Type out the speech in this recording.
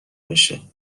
بشه